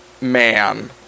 man